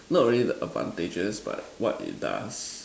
not really the advantages but what it does